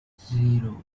zero